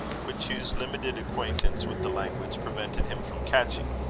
which hugh's limited acquaintance with the language prevented him from catching.